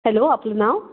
hello आपलं नाव